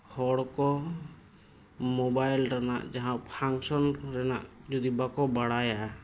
ᱦᱚᱲ ᱠᱚ ᱢᱳᱵᱟᱭᱤᱞ ᱨᱮᱱᱟᱜ ᱡᱟᱦᱟᱸ ᱯᱷᱟᱱᱥᱚᱱ ᱠᱚᱨᱮᱱᱟᱜ ᱡᱩᱫᱤ ᱵᱟᱠᱚ ᱵᱟᱲᱟᱭᱟ